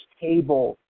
table